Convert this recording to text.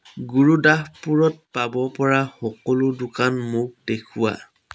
গুৰুদাসপুৰত পাব পৰা সকলো দোকান মোক দেখুওৱা